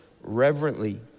reverently